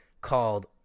called